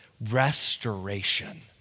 Restoration